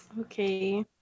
Okay